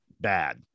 bad